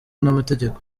n’amategeko